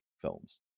films